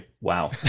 Wow